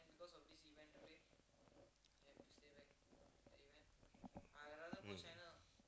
S